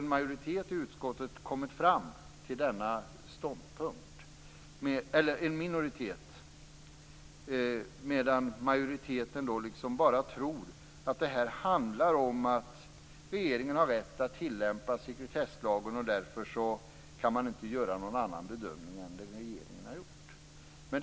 En minoritet i utskottet har kommit fram till denna ståndpunkt, medan majoriteten menar att det bara handlar om att regeringen har rätt att tillämpa sekretesslagen och att man inte kan göra någon annan bedömning än den som regeringen har gjort.